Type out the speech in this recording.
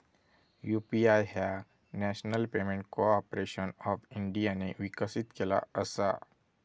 UPI ह्या national payment corporation of इंडियाने विकसित केला असा